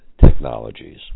Technologies